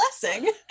blessing